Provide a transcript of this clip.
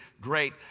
great